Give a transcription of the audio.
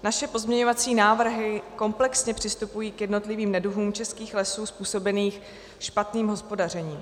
Naše pozměňovací návrhy komplexně přistupují k jednotlivým neduhům českých lesů způsobeným špatným hospodařením.